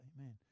amen